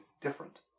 different